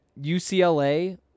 UCLA